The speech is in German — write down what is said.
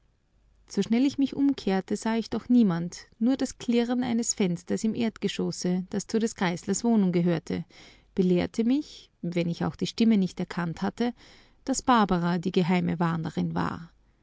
so schnell ich mich umkehrte sah ich doch niemand nur das klirren eines fensters im erdgeschosse das zu des grieslers wohnung gehörte belehrte mich wenn ich auch die stimme nicht erkannt hätte daß barbara die geheime warnerin war